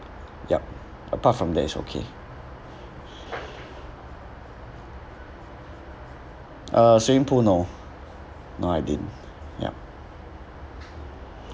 yup apart from that it's okay uh swimming pool no no I didn't yup